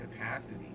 capacity